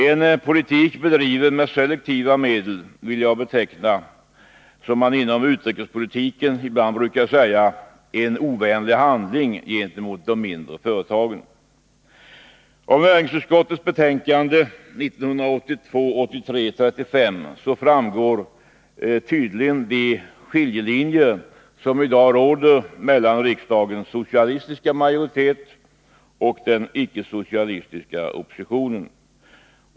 En politik bedriven med selektiva medel vill jag — för att låna ett uttryck från utrikespolitiken — beteckna som ”en ovänlig handling” gentemot de mindre företagen. Av näringsutskottets betänkande 1982/83:35 framgår tydligt de skiljelinjer som i dag råder mellan riksdagens socialistiska majoritet och den ickesocialistiska oppositionen.